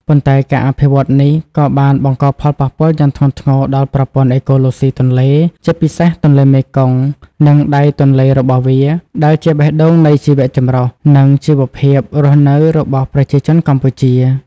ប៉ុន្តែការអភិវឌ្ឍន៍នេះក៏បានបង្កផលប៉ះពាល់យ៉ាងធ្ងន់ធ្ងរដល់ប្រព័ន្ធអេកូឡូស៊ីទន្លេ ជាពិសេសទន្លេមេគង្គ និងដៃទន្លេរបស់វា ដែលជាបេះដូងនៃជីវៈចម្រុះ និងជីវភាពរស់នៅរបស់ប្រជាជនកម្ពុជា។